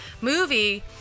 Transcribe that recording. movie